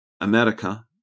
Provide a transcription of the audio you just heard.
America